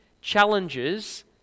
challenges